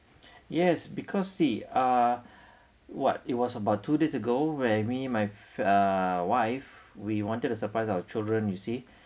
yes because see ah what it was about two days ago where me and my f~ uh wife we wanted to surprise our children you see